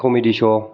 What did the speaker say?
comedy स'